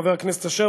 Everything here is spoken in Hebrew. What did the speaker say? חבר הכנסת אשר,